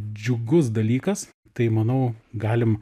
džiugus dalykas tai manau galim